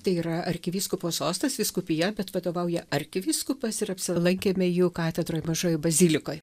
tai yra arkivyskupo sostas vyskupija bet vadovauja arkivyskupas ir apsilankėme jų katedroj mažojoj bazilikoj